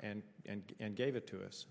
and gave it to